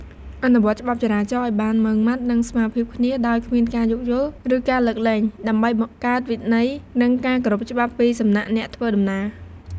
អនុវត្តច្បាប់ចរាចរណ៍ឱ្យបានម៉ឺងម៉ាត់ និងស្មើភាពគ្នា ដោយគ្មានការយោគយល់ ឬការលើកលែង ដើម្បីបង្កើតវិន័យ និងការគោរពច្បាប់ពីសំណាក់អ្នកធ្វើដំណើរ។